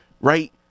right